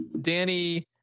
Danny